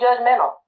judgmental